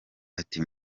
ati